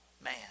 man